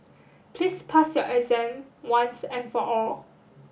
please pass your exam once and for all